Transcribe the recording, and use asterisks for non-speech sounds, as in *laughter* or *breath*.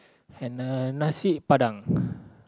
and uh Nasi-Padang *breath*